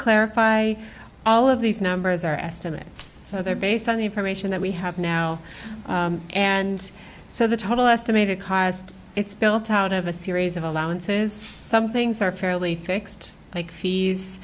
clarify all of these numbers are estimates so they're based on the information that we have now and so the total estimated cost it's built out of a series of allowances some things are fairly fixed like fees